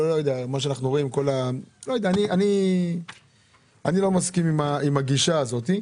אני לא מסכים עם הגישה הזאת.